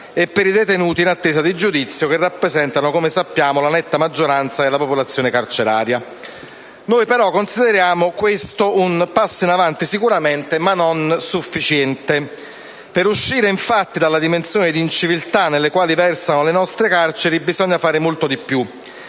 e per i detenuti in attesa di giudizio, che rappresentano ‑ come sappiamo ‑ la netta maggioranza della popolazione carceraria. Consideriamo questo un passo avanti, sicuramente, ma non sufficiente. Per uscire infatti dalla dimensione di inciviltà nella quale versano le nostre carceri bisogna fare molto di più,